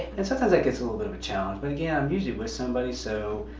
and sometimes that gets a little bit of a challenge, but again, i'm usually with somebody, so.